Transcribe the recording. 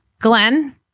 Glenn